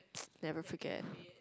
never forget